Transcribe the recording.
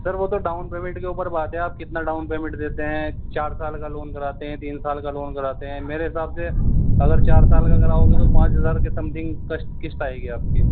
سر وہ تو down payment کے اوپر بات ہے آپ کتنا ڈاؤن پیمنٹ دیتے ہیں چار سال کا لون کراتے ہیں تین سال کا لون کراتے ہیں میرے حساب سے اگر چار سال کا کراؤ گے تو پانچ ہزار کے سمتھنگ کشٹ قسط آئے گی آپ کی